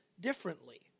differently